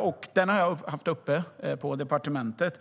och det har jag haft uppe på departementet.